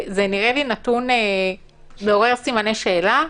זה נראה לי נתון מעורר סימני שאלה.